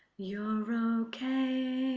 you're okay